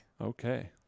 Okay